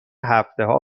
هفتهها